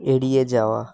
এড়িয়ে যাওয়া